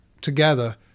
together